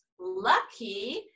lucky